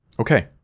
Okay